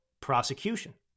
prosecution